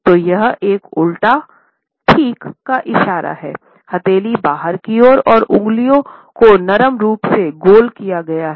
तो यह एक उल्टा ठीक का इशारा है हथेली बाहर की ओर है और उंगलियों को नरम रूप से गोल किया गया है